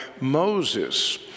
Moses